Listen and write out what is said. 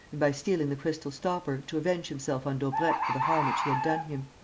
by stealing the crystal stopper, to avenge himself on daubrecq for the harm which he had done him.